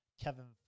Kevin